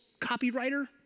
copywriter